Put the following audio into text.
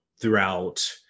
throughout